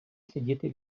сидіти